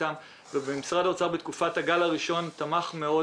משרד האוצר בתקופת הגל הראשון תמך מאוד